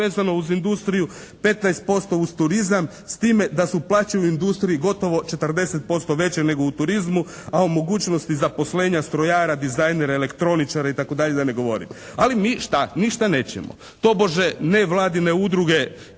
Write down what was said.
uz industriju, 15% uz turizam, s time da su plaće u industriji gotovo 40% veće nego u turizmu, a u mogućnosti zaposlenja strojara, dizajnera, elektroničara itd. da ne govorim. Ali mi šta? Ništa nećemo. Tobože nevladine udruge